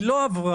היא לא עברה.